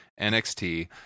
NXT